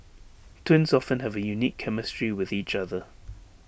twins often have A unique chemistry with each other